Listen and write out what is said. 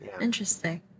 Interesting